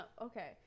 okay